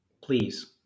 please